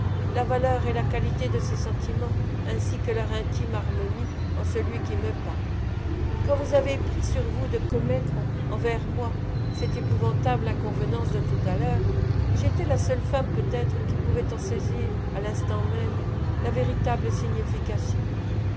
la valeur et la qualité de ces sentiments ainsi que leur intime harmonie en celui qui me parle quand vous avez pris sur vous de commettre envers moi cette épouvantable inconvenance de tout à l'heure j'étais la seule femme peut-être qui pouvait en saisir à l'instant même la véritable signification